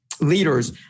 leaders